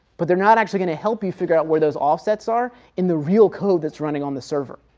but they're not actually going to help you figure out where those offsets are in the real code that's running on the server,